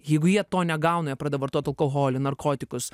jeigu jie to negauna jie pradeda vartot alkoholį narkotikus